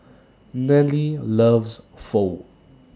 Nelly loves Pho